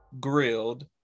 grilled